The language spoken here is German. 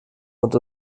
und